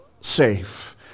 safe